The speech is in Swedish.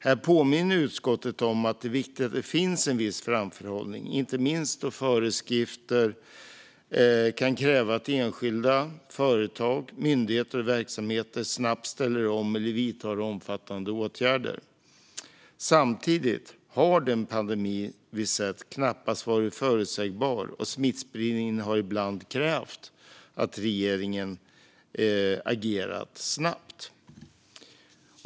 Här påminner utskottet om att det är viktigt att det finns en viss framförhållning, inte minst då föreskrifter kan kräva att enskilda, företag, myndigheter och verksamheter snabbt ställer om eller vidtar omfattande åtgärder. Samtidigt har den pandemi vi sett knappast varit förutsägbar, och smittspridningen har ibland krävt att regeringen agerat snabbt.